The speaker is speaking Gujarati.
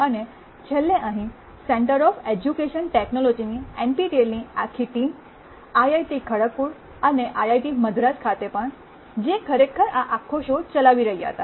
અને છેલ્લે અહીં સેંટર ઓફ એજ્યૂકૈશન ટેકનોલોજીની એનપીટીએલની આખી ટીમ આઈઆઈટી ખડગપુરઅને આઈઆઈટી મદ્રાસ ખાતે પણ જે ખરેખર આ આખો શો ચલાવી રહ્યા હતા